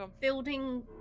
building